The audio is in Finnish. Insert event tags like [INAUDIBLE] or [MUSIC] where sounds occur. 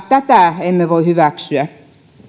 [UNINTELLIGIBLE] tätä emme voi hyväksyä